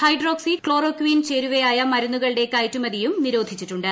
hydroxy chloroquine ചേരുവയായ മരുന്നുകളുടെ കയറ്റുമതിയും നിരോധിച്ചിട്ടുണ്ട്